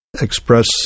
express